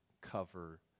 cover